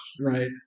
Right